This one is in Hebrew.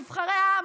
נבחרי העם,